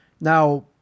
Now